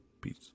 peace